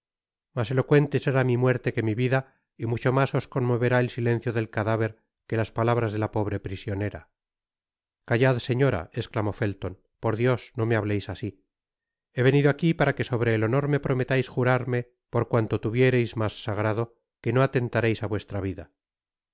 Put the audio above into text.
mas elocuente será mi muerte que mi vida y mucho mas os conmoverá el silencio del cadáver que las palabras de la pobre prisionera content from google book search generated at callad señora esclamó felton por dios no me hableis asi he venido aqui para que sobre el honor me prometais jurarme por cuanto tuviereis mas sagrado que no atentareis á vuestra vida